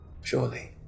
Surely